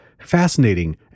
fascinating